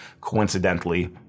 coincidentally